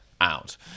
out